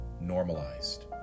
normalized